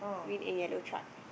with a yellow truck